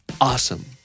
Awesome